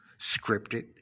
scripted